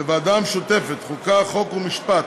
בוועדה המשותפת, החוקה, חוק ומשפט,